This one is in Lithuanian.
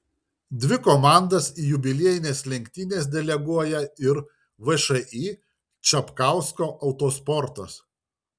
dvi komandas į jubiliejines lenktynes deleguoja ir všį čapkausko autosportas